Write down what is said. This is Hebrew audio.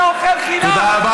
אתה אוכל חינם.